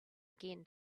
again